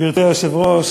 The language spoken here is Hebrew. גברתי היושבת-ראש,